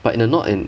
but in a not an